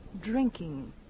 Drinking